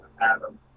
Adam